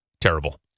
terrible